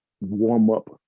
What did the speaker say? warm-up